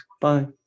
Bye